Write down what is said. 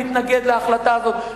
מתנגד להחלטה הזאת,